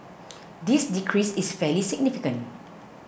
this decrease is fairly significant